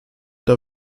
der